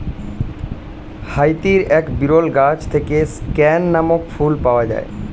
হাইতির এক বিরল গাছ থেকে স্ক্যান নামক ফুল পাওয়া যায়